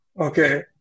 okay